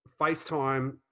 FaceTime